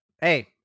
hey